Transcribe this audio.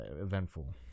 eventful